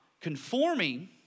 conforming